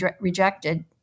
rejected